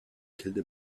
kälte